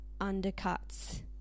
undercuts